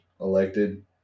elected